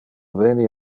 veni